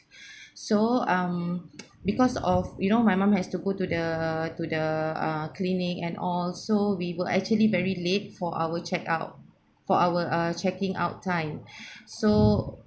so um because of you know my mum has to go to the to the uh clinic and all so we were actually very late for our check out for our uh checking out time so